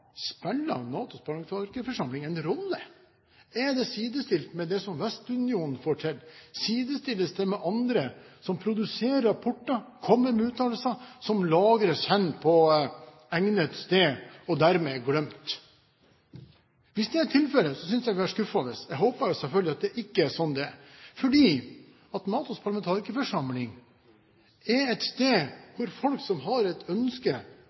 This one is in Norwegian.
NATOs parlamentarikerforsamling spiller en rolle. Er det sidestilt med det Vestunionen får til? Sidestilles det med andre som produserer rapporter, kommer med uttalelser, som lagres på egnet sted, og dermed er glemt? Hvis det er tilfellet, synes jeg det er skuffende. Jeg håper jo selvfølgelig at det ikke er slik det er, fordi NATOs parlamentarikerforsamling er et sted hvor folk som har et ønske